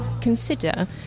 consider